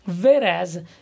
Whereas